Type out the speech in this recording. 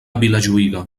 vilajuïga